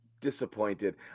disappointed